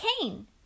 cane